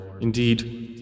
indeed